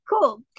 cool